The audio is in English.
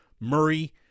Murray